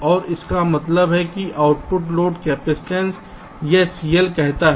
और इसका मतलब है कि आउटपुट लोड कैपेसिटेंस यह CL कहलाता है